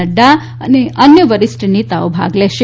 નડ્ડા અને અન્ય વરિષ્ઠ નેતાઓ ભાગ લેશે